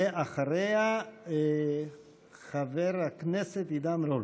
ואחריה, חבר הכנסת עידן רול.